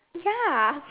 ya